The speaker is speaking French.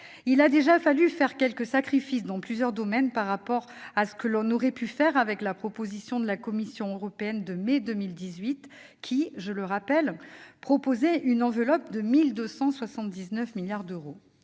Il a déjà fallu consentir des sacrifices dans certains domaines par rapport à ce que l'on aurait pu faire avec la proposition de la Commission européenne de mai 2018, laquelle- je le rappelle -prévoyait une enveloppe de 1 279 milliards d'euros.